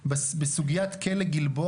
אתם הקוזאק שנגזל.